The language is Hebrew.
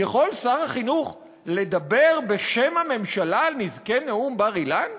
יכול שר החינוך לדבר בשם הממשלה על נזקי נאום בר-אילן?